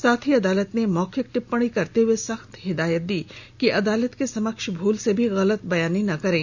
साथ ही अदालत ने मौखिक टिप्पणी करते हुए सख्त हिदायत दी कि अदालत के समक्ष भूल से भी गलत बयानी न करें